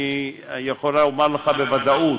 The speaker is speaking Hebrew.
אני מציע להסתפק בתשובה.